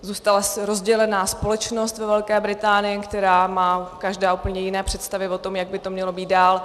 Zůstala rozdělená společnost ve Velké Británii, která má každá úplně jiné představy o tom, jak by to mělo být dál.